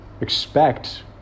expect